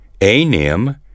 Anim